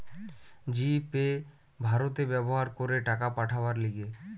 জি pay ভারতে ব্যবহার করে টাকা পাঠাবার লিগে